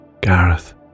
Gareth